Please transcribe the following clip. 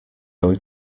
going